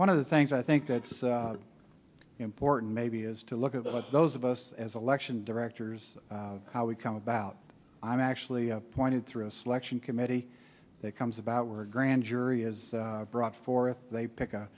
one of the things i think that's important maybe is to look at the those of us as election directors how we come about i'm actually appointed through a selection committee that comes about we're a grand jury is brought forth they pick a